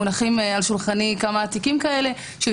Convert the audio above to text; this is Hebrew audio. מונחים על שולחני כמה תיקים כאלה, של